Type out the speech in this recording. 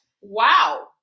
wow